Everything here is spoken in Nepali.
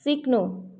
सिक्नु